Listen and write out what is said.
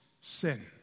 sin